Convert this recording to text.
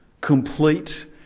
complete